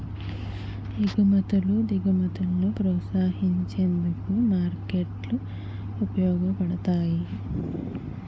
ఎగుమతులు దిగుమతులను ప్రోత్సహించేందుకు మార్కెట్లు ఉపయోగపడతాయి